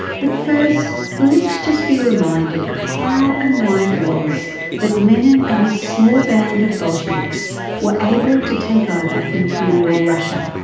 but first let's just be reminded of how and why it was that lenin and his small band of bolsheviks were able to take over imperial russia.